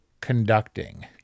conducting